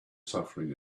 suffering